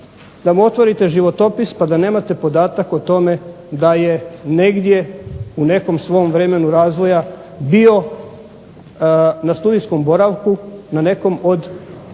da mu otvorite životopis pa da nemate podatak o tome da je negdje u nekom svom vremenu razvoja bio na studijskom boravku na nekom od